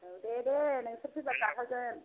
औ दे दे नोंसोर फैब्ला जाहोगोन